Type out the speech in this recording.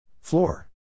Floor